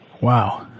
Wow